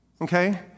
Okay